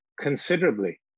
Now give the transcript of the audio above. considerably